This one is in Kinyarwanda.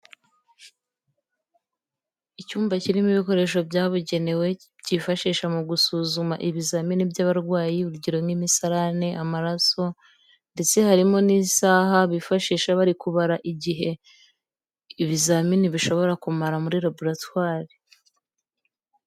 Icyumba kirimo ibikoresho byabugenewe kifashisha mu gusuzuma ibizamini by'abarwayi urugero nk'imisarane, amaraso ndetse harimo n'isaha bifashisha bari kubara igihe ibizamini bishobora kumara muri laboratware.